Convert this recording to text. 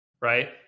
right